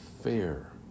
fair